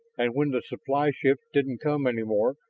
and when the supply ships didn't come any more,